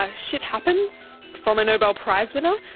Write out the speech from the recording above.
ah shit happens? from a nobel prize winner?